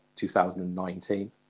2019